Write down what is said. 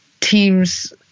teams